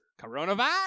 coronavirus